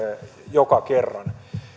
joka kerran